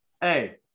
hey